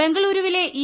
ബംഗളൂരുവിലെ ഇ